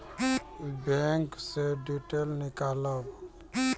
Bank से detail नीकालव?